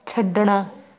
ਛੱਡਣਾ